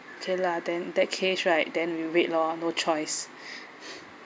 okay lah then that case right then we'll wait lor no choice